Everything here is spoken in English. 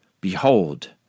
Behold